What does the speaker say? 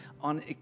On